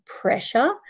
pressure